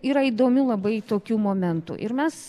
yra įdomių labai tokių momentų ir mes